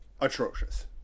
atrocious